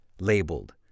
labeled